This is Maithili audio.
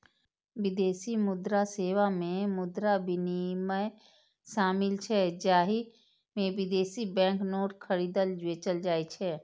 विदेशी मुद्रा सेवा मे मुद्रा विनिमय शामिल छै, जाहि मे विदेशी बैंक नोट खरीदल, बेचल जाइ छै